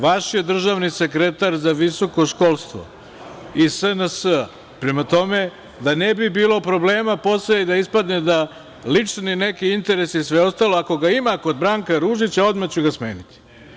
Vaš je državni sekretar za visoko školstvo iz SNS-a, prema tome, da ne bi bilo problema posle i da ispadne da lični neki interes i sve ostalo, ako ga ima kod Branka Ružića, odmah ću ga smeniti.